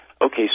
Okay